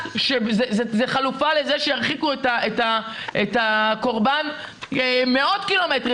זה חלופה לזה שירחיקו את הקורבן מאות קילומטרים